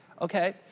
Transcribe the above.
okay